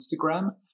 Instagram